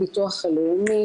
הביטוח הלאומי